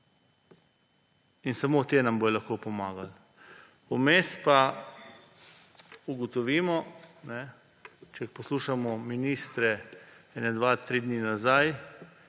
Samo ti nam bodo lahko pomagali. Vmes pa ugotovimo, če poslušamo ministre kakšne dva, tri dni nazaj,